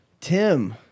Tim